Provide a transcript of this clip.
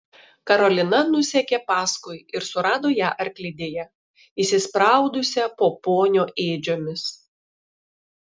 karolina nusekė paskui ir surado ją arklidėje įsispraudusią po ponio ėdžiomis